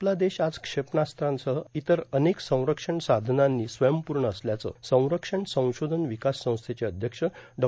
आपला देश आज क्षेपणास्त्रांसह इतर अनेक संरक्षण साधनांनी स्वयंपूर्ण असल्याचं संरक्षण संशोधन विकास संस्थेचे अध्यक्ष डॉ